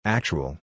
Actual